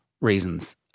reasons